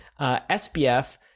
SPF